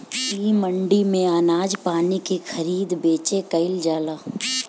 इ मंडी में अनाज पानी के खरीद बेच कईल जाला